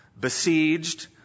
besieged